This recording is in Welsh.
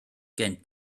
gen